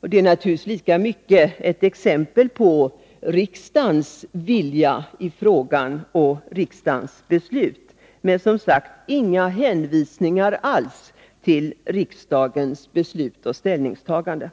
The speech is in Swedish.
Det är naturligtvis lika mycket ett exempel på riksdagens vilja, men som sagt förekommer det inga hänvisningar alls till riksdagens beslut och ställningstaganden.